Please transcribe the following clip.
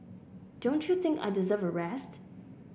don't you think I deserve a rest